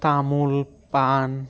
তামোল পাণ